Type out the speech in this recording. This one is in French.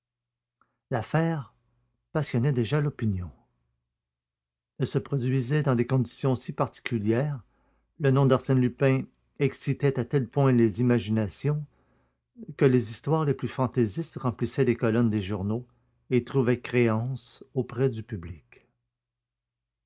l'affaire passionnait déjà l'opinion elle se produisait dans des conditions si particulières le nom d'arsène lupin excitait à tel point les imaginations que les histoires les plus fantaisistes remplissaient les colonnes des journaux et trouvaient créance auprès du public